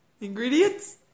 ingredients